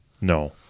No